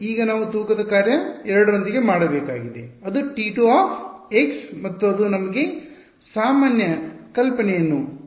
ಈಗ ನಾವು ತೂಕದ ಕಾರ್ಯ 2 ರೊಂದಿಗೆ ಮಾಡಬೇಕಾಗಿದೆ ಅದು T2 ಮತ್ತು ಅದು ನಮಗೆ ಸಾಮಾನ್ಯ ಕಲ್ಪನೆಯನ್ನು ನೀಡುತ್ತದೆ